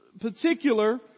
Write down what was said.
particular